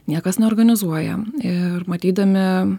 niekas neorganizuoja ir matydami